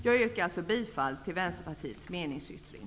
Jag yrkar bifall till Vänsterpartiets meningsyttring.